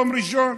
יום ראשון?